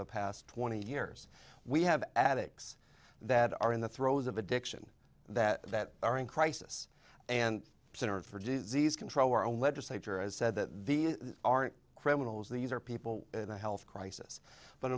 the past twenty years we have addicks that are in the throes of addiction that that are in crisis and center for disease control or a legislature as said that the aren't criminals these are people in a health crisis but